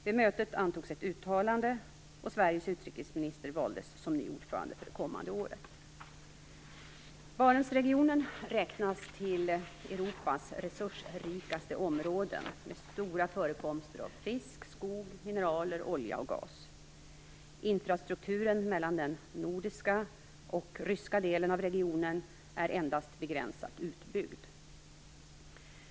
Vid mötet antogs ett uttalande, och Barentsregionen räknas till Europas resursrikaste områden med stora förekomster av fisk, skog, mineraler, olja och gas. Infrastrukturen mellan den nordiska och den ryska delen av regionen är endast begränsat utbyggd.